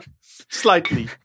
Slightly